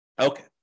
Okay